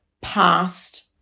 past